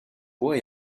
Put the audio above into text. bois